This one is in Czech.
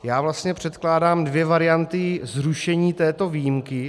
Já vlastně předkládám dvě varianty zrušení této výjimky.